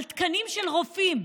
על תקנים של רופאים.